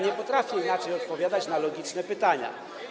Nie potrafię inaczej odpowiadać na logiczne pytania.